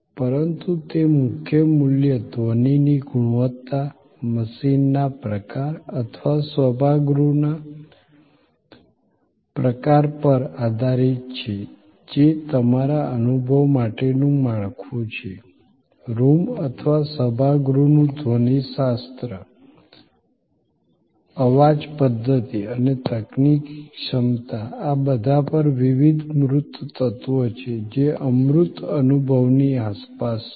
પરંતુ તે મુખ્ય મૂલ્ય ધ્વનિની ગુણવત્તા મશીનના પ્રકાર અથવા સભાગૃહના પ્રકાર પર આધારિત છે જે તમારા અનુભવ માટેનું માળખું છે રૂમ અથવા સભાગૃહનું ધ્વનિશાસ્ત્ર અવાજ પધ્ધતિ અને તકનીકી ક્ષમતા આ બધા પર વિવિધ મૂર્ત તત્વો છે જે અમૂર્ત અનુભવની આસપાસ છે